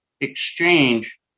exchange